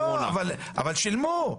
בקורונה שילמו.